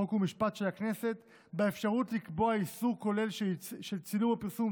חוק ומשפט של הכנסת באפשרות לקבוע איסור כולל של צילום או פרסום